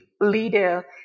leader